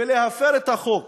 ולהפר את החוק,